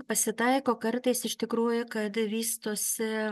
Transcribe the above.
pasitaiko kartais iš tikrųjų kad vystosi